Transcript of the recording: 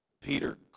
Peter